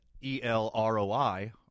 E-L-R-O-I